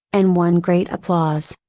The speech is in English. and won great applause.